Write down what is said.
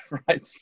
right